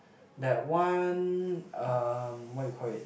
that one um what you call it